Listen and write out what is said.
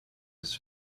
his